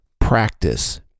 practice